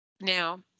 now